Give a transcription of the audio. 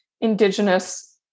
indigenous